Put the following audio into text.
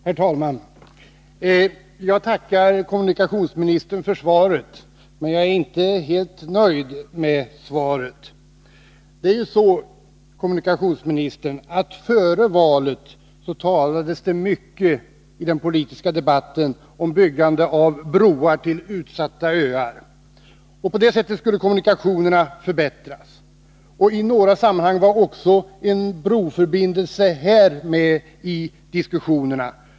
Herr talman! Jag tackar kommunikationsministern för svaret, men jag är inte helt nöjd med det. Före valet talades det mycket i den politiska debatten om byggande av broar till utsatta öar. På det sättet skulle kommunikationerna förbättras. I något sammanhang berördes också en broförbindelse med Vinön.